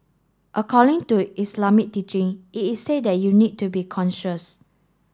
according to Islamic teaching it is said that you need to be conscious